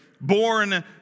born